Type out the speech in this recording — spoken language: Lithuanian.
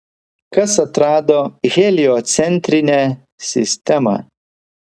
kas atrado heliocentrinę sistemą